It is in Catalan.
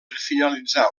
finalitzar